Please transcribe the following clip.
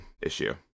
issue